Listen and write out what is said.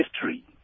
history